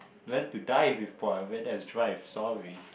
learn to dive with that is drive sorry